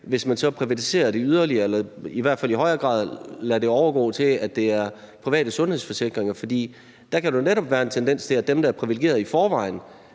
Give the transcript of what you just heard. hvis man så privatiserer det yderligere eller i hvert fald i højere grad lader det overgå til private sundhedsforsikringer? For der kan der jo netop være en tendens til, at dem, der er privilegerede i forvejen,